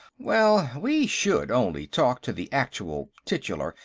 well, we should only talk to the actual, titular,